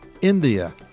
India